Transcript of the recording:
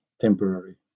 temporary